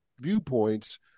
viewpoints